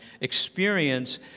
experience